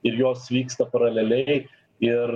ir jos vyksta paraleliai ir